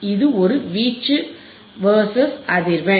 இது ஒரு வீச்சு வெர்சஸ் அதிர்வெண்